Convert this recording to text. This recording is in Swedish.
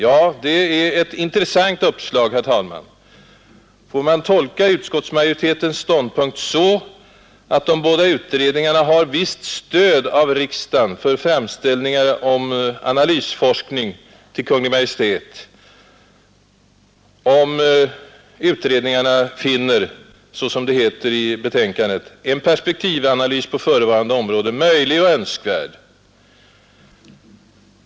Ja, det är ett intressant uppslag. Får man tolka utskottsmajoriteten så att de båda utredningarna har visst stöd i riksdagen för framställningar till Kungl. Maj:t om analysforskning ifall utredningarna finner, såsom det heter i betänkandet, ”en perspektivanalys på förevarande område möjlig och önskvärd”?